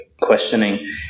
questioning